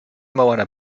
moana